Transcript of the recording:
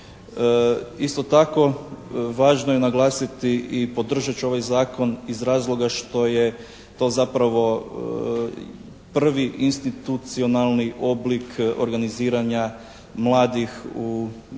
Isto tako, važno je naglasiti i podržat ću ovaj Zakon iz razloga što je to zapravo prvi institucionalni oblik organiziranja mladih u ovih